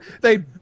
They-